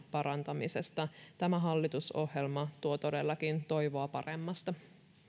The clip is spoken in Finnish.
parantamisesta tämä hallitusohjelma tuo todellakin toivoa paremmasta